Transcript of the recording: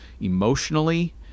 emotionally